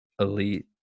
elite